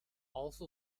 also